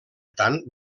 tant